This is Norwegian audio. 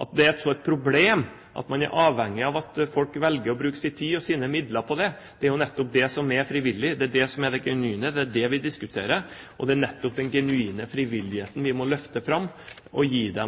At det er et problem at man er avhengig av at folk velger å bruke sin tid og sine midler på det, er nettopp det som er frivillig, det er det som er det genuine, det er det vi diskuterer. Det er nettopp den genuine frivilligheten som må løftes fram og gis